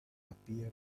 appear